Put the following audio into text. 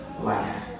life